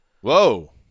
Whoa